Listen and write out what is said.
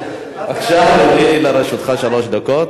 בבקשה, אדוני, לרשותך שלוש דקות.